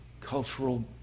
cultural